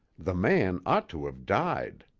the man ought to have died.